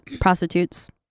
prostitutes